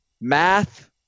math